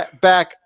back